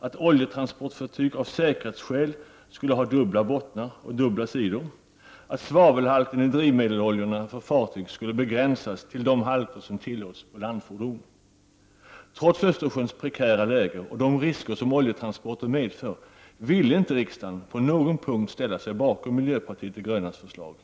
att oljetransportfartygen av säkerhetsskäl skulle ha dubbla bottnar och dubbla sidor och att svavelhalten i drivmedelsoljor för fartyg skulle begränsas till de halter som tilllåts för landfordon. Trots Östersjöns prekära läge och de risker som oljetransporter medför ville inte riksdagen på någon punkt ställa sig bakom miljöpartiets de grönas förslag.